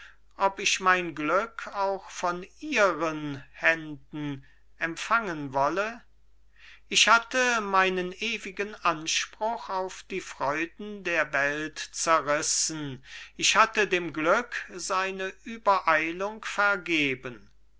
ob ich mein glück auch von ihren händen empfangen wollte ich hatte meinen ewigen anspruch auf die freuden der welt zerrissen ich hatte dem glück seine übereilung vergeben warum